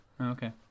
okay